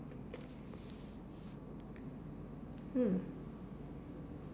hmm